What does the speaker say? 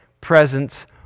presence